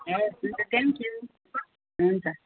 हवस् हुन्छ thank you हुन्छ